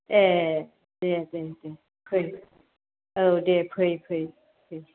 ए दे दे फै औ दे फै फै